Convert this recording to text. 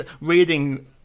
Reading